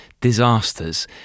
disasters